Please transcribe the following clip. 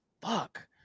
fuck